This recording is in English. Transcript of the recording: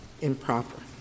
improper